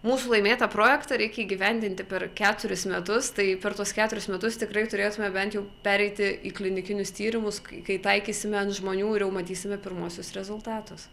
mūsų laimėtą projektą reikia įgyvendinti per keturis metus tai per tuos keturis metus tikrai turėtume bent jau pereiti į klinikinius tyrimus kai kai taikysime ant žmonių ir jau matysime pirmuosius rezultatus